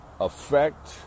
affect